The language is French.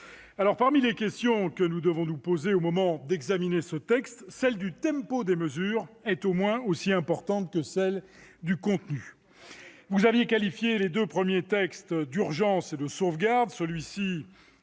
heure. Parmi les questions que nous devons nous poser au moment d'examiner ce texte, celle du tempo des mesures est au moins aussi importante que celle du contenu. Le Gouvernement avait qualifié les deux premiers textes « d'urgence »,« de sauvegarde », et celui-ci